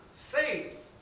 faith